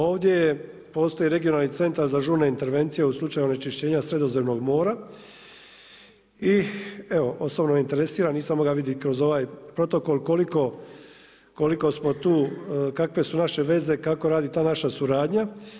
Ovdje postoji Regionalni centar za žurne intervencije u slučaju onečišćenja Sredozemnog mora i evo osobno interesira, nisam moga vidjet kroz ovaj protokol koliko smo tu, kakve su naše veze, kako radi ta naša suradnja.